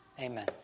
Amen